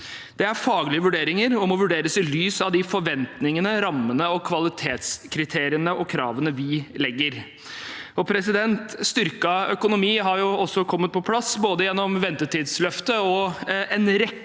Det er faglige vurderinger og må vurderes i lys av de forventningene, rammene og kvalitetskriteriene og -kravene vi legger. Styrket økonomi har også kommet på plass gjennom både ventetidsløftet og en rekke